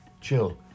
chill